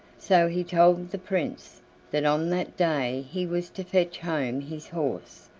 so he told the prince that on that day he was to fetch home his horse,